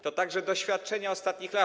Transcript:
To także doświadczenia ostatnich lat.